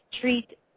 treat